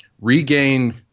regain